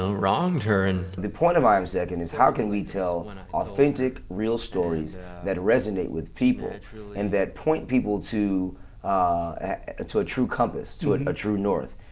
ah wronged her. and the point of i am second is how can we tell um and authentic, real stories that resonate with people. and that point people to ah to a true compass, to and a true north.